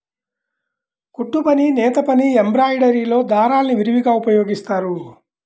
కుట్టుపని, నేతపని, ఎంబ్రాయిడరీలో దారాల్ని విరివిగా ఉపయోగిస్తారు